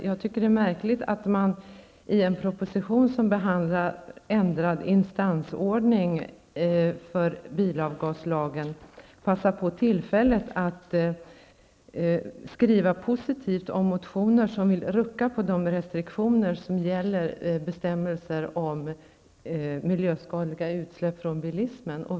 Jag tycker att det är märkligt att man i en proposition där en ändrad instansordning avseende bilavgaslagen behandlas passar på tillfället att skriva positivt om motioner i vilka det anförs att man vill rucka på de restriktioner som gäller bestämmelser om miljöskadliga utsläpp från bilismen.